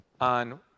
on